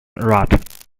rot